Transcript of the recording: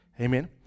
Amen